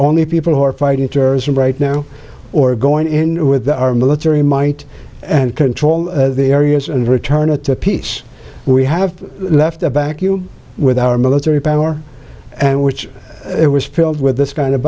only people who are fighting terrorism right now or going in with the our military might and control the areas and return to peace we have left a vacuum with our military power and which it was filled with this kind of